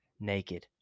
naked